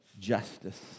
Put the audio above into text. justice